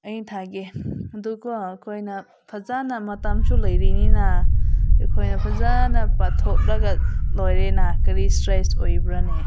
ꯑꯩ ꯊꯥꯒꯦ ꯑꯗꯨꯀꯣ ꯑꯩꯈꯣꯏꯅ ꯐꯖꯅ ꯃꯇꯝꯁꯨ ꯂꯩꯔꯤꯅꯤꯅ ꯑꯩꯈꯣꯏꯅ ꯐꯖꯅ ꯄꯥꯊꯣꯛꯂꯒ ꯂꯣꯏꯔꯦꯅ ꯀꯔꯤ ꯏꯁꯇ꯭ꯔꯦꯁ ꯑꯣꯏꯕ꯭ꯔꯥꯅꯦ